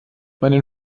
meinen